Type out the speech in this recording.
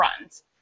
runs